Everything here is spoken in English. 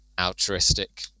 altruistic